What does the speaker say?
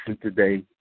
today